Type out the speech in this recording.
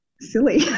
silly